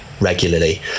regularly